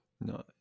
No